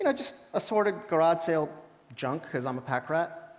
and just assorted garage sale junk, because i'm a pack rat.